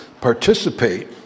participate